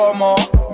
more